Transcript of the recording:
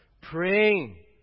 Praying